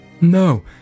No